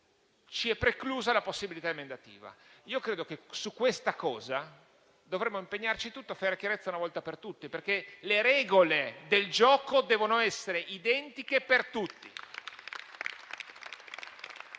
preclude la possibilità emendativa. Ritengo che su tale questione dovremmo impegnarci tutti per fare chiarezza una volta per tutte. Le regole del gioco devono essere identiche per tutti.